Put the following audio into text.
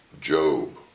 Job